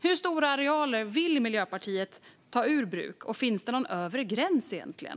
Hur stora arealer vill Miljöpartiet ta ur bruk, och finns det någon övre gräns egentligen?